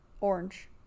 orange